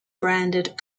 branded